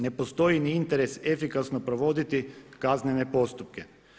Ne postoji ni interes efikasno provoditi kaznene postupke.